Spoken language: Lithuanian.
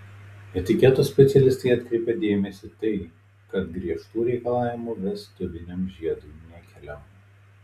etiketo specialistai atkreipia dėmesį tai kad griežtų reikalavimų vestuviniam žiedui nekeliama